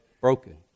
broken